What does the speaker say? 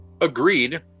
Agreed